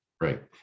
Right